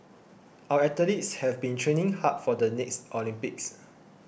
our athletes have been training hard for the next Olympics